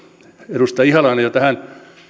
edustaja ihalainen jo tätä